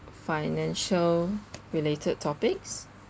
financial related topics